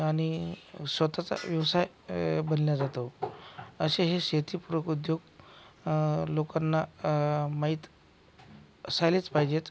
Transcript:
आणि स्वतःचा व्यवसाय बनला जातो असे हे शेती पूरक उद्योग लोकांना माहित असायलाच पाहिजेत